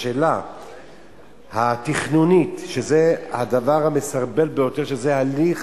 השאלה התכנונית, שזה הדבר המסרבל ביותר, שזה הליך